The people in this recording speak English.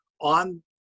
on